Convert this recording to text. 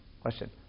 Question